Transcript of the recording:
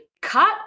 cut